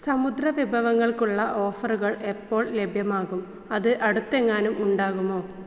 സമുദ്രവിഭവങ്ങൾക്കുള്ള ഓഫറുകൾ എപ്പോൾ ലഭ്യമാകും അത് അടുത്തെങ്ങാനും ഉണ്ടാകുമോ